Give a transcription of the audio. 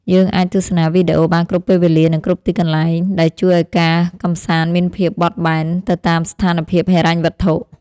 យើងអាចទស្សនាវីដេអូបានគ្រប់ពេលវេលានិងគ្រប់ទីកន្លែងដែលជួយឱ្យការកម្សាន្តមានភាពបត់បែនទៅតាមស្ថានភាពហិរញ្ញវត្ថុ។